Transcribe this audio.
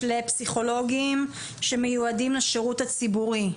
לפסיכולוגים שמיועדים לשירות הציבורי?